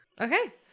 okay